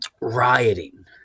Rioting